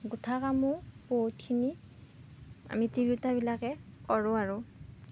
গুঠা কামো বহুতখিনি আমি তিৰোতাবিলাকে কৰোঁ আৰু